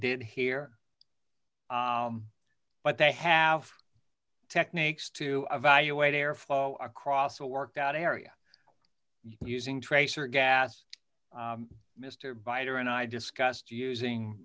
did here but they have techniques to evaluate airflow across a workout area using tracer gas mr biter and i discussed using